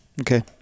Okay